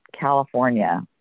California